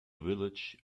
village